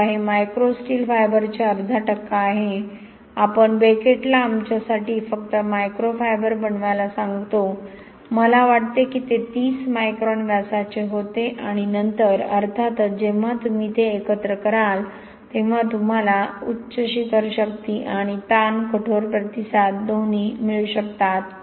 आता हे micro steel फायबरचे अर्धा टक्का आहे आपण बेकेटला आमच्यासाठी फक्त मायक्रोफायबर बनवायला सांगतो मला वाटते की ते 30 मायक्रॉन व्यासाचे होते आणि नंतर अर्थातच जेव्हा तुम्ही ते एकत्र कराल तेव्हा तुम्हाला उच्च शिखर शक्ती आणि ताण कठोर प्रतिसाद दोन्ही मिळू शकतात